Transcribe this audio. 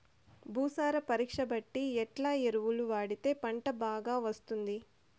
భూసార పరీక్ష బట్టి ఎట్లా ఎరువులు వాడితే పంట బాగా వస్తుంది?